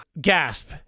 Gasp